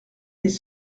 des